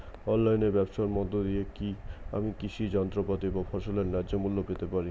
অনলাইনে ব্যাবসার মধ্য দিয়ে কী আমি কৃষি যন্ত্রপাতি বা ফসলের ন্যায্য মূল্য পেতে পারি?